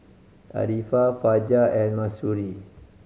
Arifa Fajar and Mahsuri